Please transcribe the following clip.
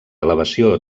elevació